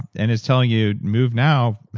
and it's telling you, move now,